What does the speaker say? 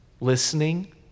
listening